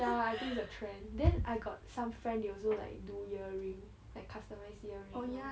ya I think it's a trend then I got some friend they also like do earring like customised earring